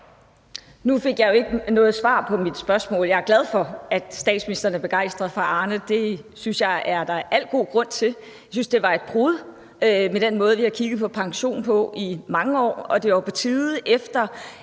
Nu fik jeg jo ikke noget svar på mit spørgsmål. Jeg er glad for, at statsministeren er begejstret for Arnepensionen. Det synes jeg der er al god grund til. Jeg synes, den var et brud med den måde, vi havde kigget på pension på i mange år, og at det var på tide, efter